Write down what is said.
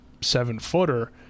seven-footer